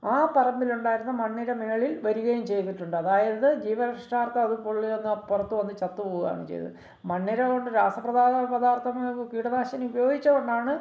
ആ പറമ്പില് ഉണ്ടായിരുന്നു മണ്ണിര മേളില് വരികയും ചെയ്തിട്ടുണ്ട് അതായത് ജീവരക്ഷാര്ത്ഥം അത് പൊള്ളി വന്ന് പുറത്ത് വന്ന് ചത്തു പോവുവാണ് ചെയ്തത് മണ്ണിര കൊണ്ട് രാസ പദാർത്ഥം പദാര്ത്ഥം കീടനാശിനി ഉപയോഗിച്ചത് കൊണ്ടാണ്